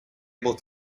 able